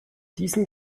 diesen